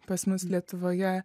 pas mus lietuvoje